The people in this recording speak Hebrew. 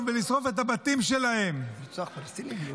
ולשרוף את הבתים שלהם -- לרצוח פלסטינים?